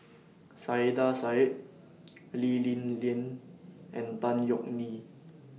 Saiedah Said Lee Li Lian and Tan Yeok Nee